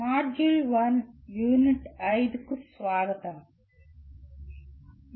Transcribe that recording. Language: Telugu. మాడ్యూల్ 1 యూనిట్ 5 కు స్వాగతం మరియు శుభాకాంక్షలు